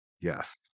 Yes